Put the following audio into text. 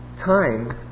time